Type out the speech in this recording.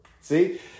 See